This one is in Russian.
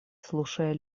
слушая